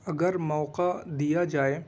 اگر موقع دیا جائے